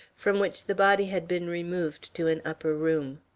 from which the body had been removed to an upper room.